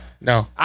No